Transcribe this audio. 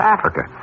Africa